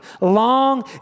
long